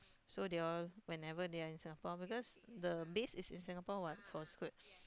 you they'll whenever they are in Singapore because the base is in Singapore what for Scoot